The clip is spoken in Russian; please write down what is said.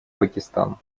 пакистан